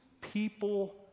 people